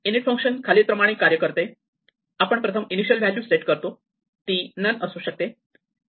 init function खालील प्रमाणे कार्य करते आपण प्रथम इनिशियल व्हॅल्यू सेट करतो ती नन असू शकते